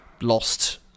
lost